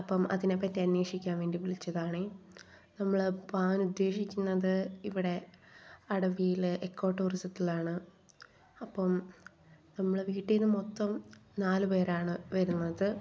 അപ്പം അതിനെപ്പറ്റി അന്വേഷിക്കാൻ വേണ്ടി വിളിച്ചതാണെ നമ്മൾ പോവാൻ ഉദ്ദേശിക്കുന്നത് ഇവിടെ അടവിയിൽ ഇക്കോ ടൂറിസത്തിലാണ് അപ്പം നമ്മുടെ വീട്ടീന്ന് മൊത്തം നാല് പേരാണ് വരുന്നത്